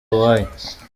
uwoya